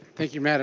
thank you mme. and